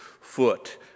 foot